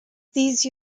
these